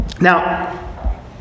Now